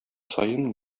саен